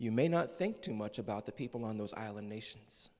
you may not think too much about the people on those island nations